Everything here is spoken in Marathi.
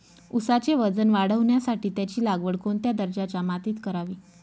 ऊसाचे वजन वाढवण्यासाठी त्याची लागवड कोणत्या दर्जाच्या मातीत करावी?